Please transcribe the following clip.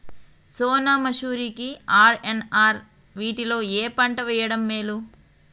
సోనా మాషురి కి ఆర్.ఎన్.ఆర్ వీటిలో ఏ పంట వెయ్యడం మేలు?